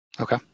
Okay